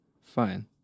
Fine